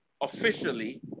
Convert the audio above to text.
officially